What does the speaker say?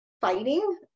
fighting